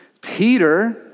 Peter